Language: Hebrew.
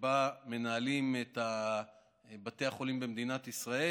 שבה מנהלים את בתי החולים במדינת ישראל.